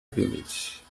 village